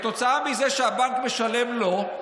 וכתוצאה מזה שהבנק משלם לו,